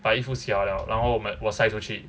把衣服洗好了然后我们我晒出去